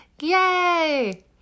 Yay